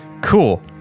cool